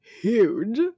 huge